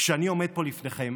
כשאני עומד פה לפניכם